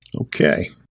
Okay